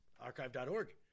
Archive.org